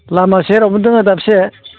लामा सेराबो दोङो दा बसे